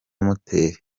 moteri